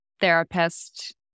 therapist